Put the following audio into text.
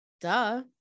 Duh